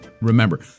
Remember